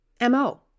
mo